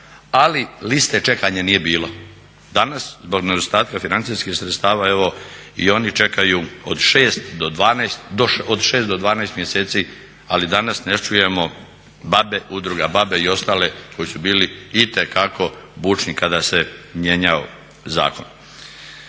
ali liste čekanja nije bilo. Danas zbog nedostatka financijskih sredstava evo i oni čekaju od 6 do 12 mjeseci ali danas ne čujemo Udrugu B.A.B.E. i ostale koji su bili itekako bučni kada se mijenjao zakon.